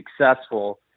successful